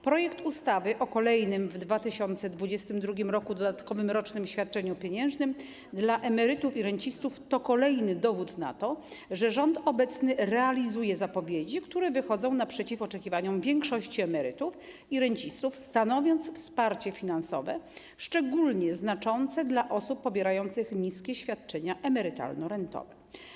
Projekt ustawy o kolejnym w 2022 r. dodatkowym rocznym świadczeniu pieniężnym dla emerytów i rencistów to kolejny dowód na to, że obecny rząd realizuje zapowiedzi, które wychodzą naprzeciw oczekiwaniom większości emerytów i rencistów, stanowiąc wsparcie finansowe szczególnie znaczące dla osób pobierających niskie świadczenia emerytalno-rentowe.